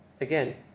again